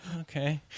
okay